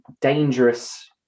dangerous